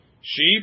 sheep